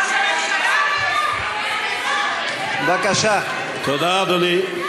חבר הכנסת מנחם אליעזר מוזס, בבקשה, אדוני.